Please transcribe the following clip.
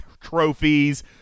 trophies